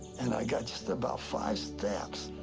and i got just about five steps,